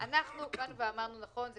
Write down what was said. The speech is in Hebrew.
יש